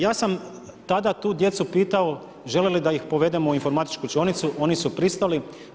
Ja sam tada tu djecu pitao žele li da ih povedem u informatičku učionicu oni su pristali.